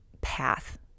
Path